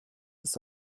ist